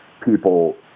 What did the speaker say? people